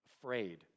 afraid